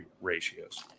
ratios